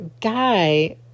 guy